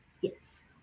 Yes